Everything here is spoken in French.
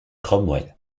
cromwell